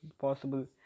possible